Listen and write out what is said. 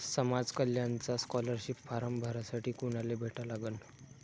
समाज कल्याणचा scholarship form भरासाठी कुनाले भेटा लागन?